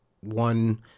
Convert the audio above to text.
one